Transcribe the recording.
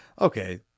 okay